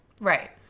Right